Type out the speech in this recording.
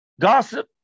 Gossip